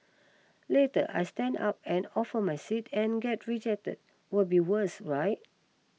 later I stand up and offer my seat and get rejected will be worse right